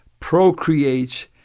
procreates